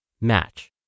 Match